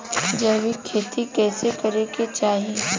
जैविक खेती कइसे करे के चाही?